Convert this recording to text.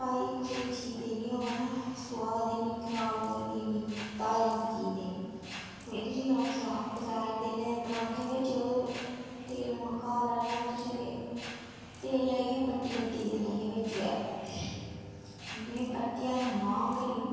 आई कुसै गी चीज़ देनी होऐ सुआद देनी खराब नेईं देनी ताज़ी चीज़ देनी में तुसें गी आक्खेआ बगैर तेलै दे परांठे भेजो ते तेल महां घर लाई लैङ तुसें केह् तेल लाइयै बट्टी बट्टी तेल लाइयै भेजो ओड़ेआ में परतियै मंगांग गै नेईं